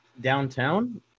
downtown